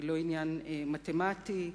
היא לא עניין מתמטי,